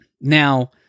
Now